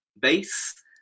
base